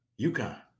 UConn